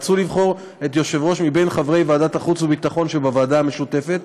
רצו לבחור את היושב-ראש מקרב חברי ועדת החוץ והביטחון שבוועדה המשותפת,